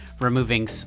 removing